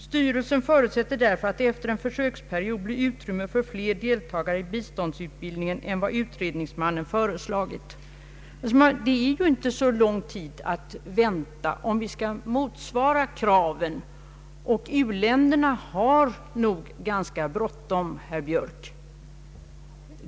Styrelsen förutsätter därför att det efter en försöksperiod blir utrymme för fler deltagare i biståndsutbildningen än vad utredningsmannen föreslagit.” Vi har inte lång tid på oss, om vi skall kunna uppfylla de krav som ställs på oss, och u-länderna har nog ganska bråttom, herr Björk.